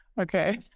okay